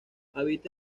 habita